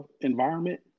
environment